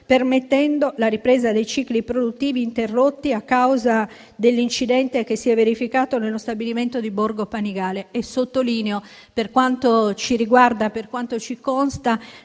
permettendo la ripresa dei cicli produttivi interrotti a causa dell'incidente che si è verificato nello stabilimento di Borgo Panigale. Sottolineo, per quanto ci riguarda e per quanto ci consta